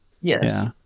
Yes